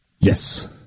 Yes